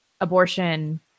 abortion